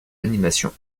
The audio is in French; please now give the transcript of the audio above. animations